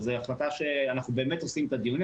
אנחנו באמת עושים את הדיונים,